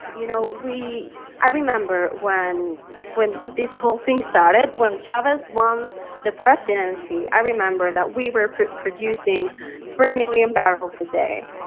you know, we i remember when when this whole thing started. when chavez won the presidency, i remember that we were producing three million barrels a day.